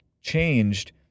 changed